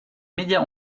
médias